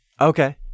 Okay